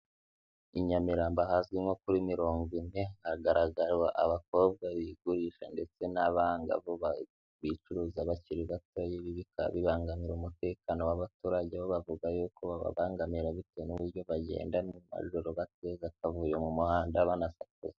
I Nyamirambo ahazwi nko kuri mirongo ine, hagaragara abakobwa bigurisha ndetse n'abangavu bicuruza bakiri batoya, ibi bikaba bibangamira umutekano w'abaturage, bo bavuga y'uko babangamira bitewe n'uburyo bagenda n'amajoro bateza akavuye mu muhanda banasakuza.